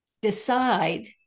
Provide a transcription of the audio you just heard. decide